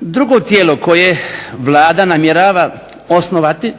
Drugo tijelo koje Vlada namjerava osnovati,